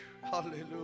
hallelujah